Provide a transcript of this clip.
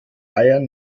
eiern